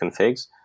configs